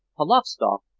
polovstoff,